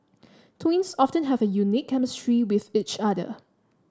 twins often have a unique chemistry with each other